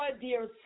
dear